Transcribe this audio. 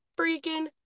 freaking